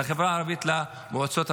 למועצות המקומיות,